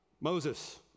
Moses